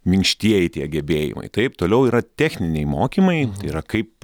minkštieji tie gebėjimai taip toliau yra techniniai mokymai tai yra kaip